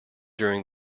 during